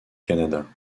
canada